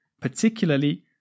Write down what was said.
particularly